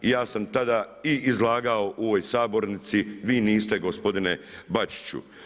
Ja sam tada i izlagao u ovoj sabornici, vi niste gospodine Bačiću.